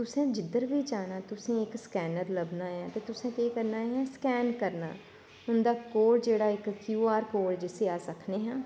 तुसैं जिध्दर बी जाना तुसें इक स्कैन्नर लभना ऐं ते तुसें केह् करना ऐ स्कैन करना ऐ उंदा कोड इक क्यू आर कोड जिसी आखने आं